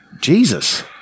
Jesus